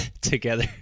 together